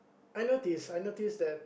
I notice I notice that